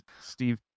Steve